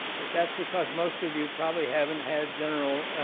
but that's because most of you probably haven't had general